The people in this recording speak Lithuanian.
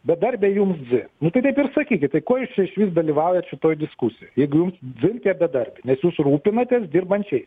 bedarbiai jums dzin nu tai taip ir sakykit tai ko jūs čia išvis dalyvaujat šitoj diskusijoj jeigu jums dzin tie bedarbiai nes jūs rūpinatės dirbančiais